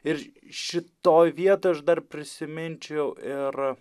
ir šitoj vietoj aš dar prisiminčiau ir